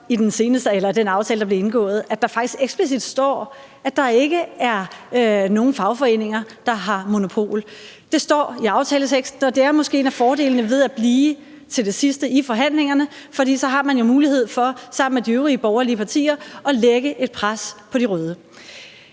Det er sådan i den aftale, der blev indgået, at der faktisk eksplicit står, at der ikke er nogen fagforeninger, der har monopol. Det står i aftaleteksten, og det er måske en af fordelene ved at blive til det sidste i forhandlingerne, fordi man jo så har mulighed for sammen med de øvrige borgerlige partier at lægge et pres på de røde.